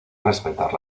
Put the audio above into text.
respetar